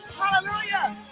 hallelujah